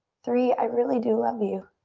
three, i really do love you.